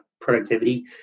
productivity